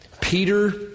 Peter